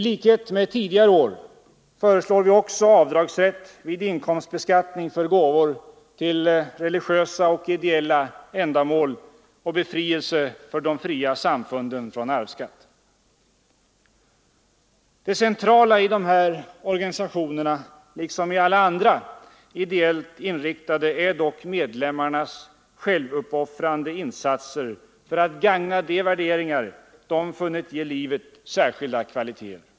Liksom tidigare år föreslår vi också nu avdragsrätt vid inkomstbeskattning för gåvor till religiösa och ideella ändamål och befrielse för de fria samfunden från arvsskatt. Det centrala i de här organisationerna, liksom i alla andra ideellt inriktade, är dock medlemmarnas självuppoffrande insatser för att gagna de värderingar de funnit ge livet särskilda kvaliteter.